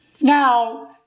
Now